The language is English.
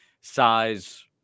size